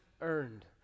earned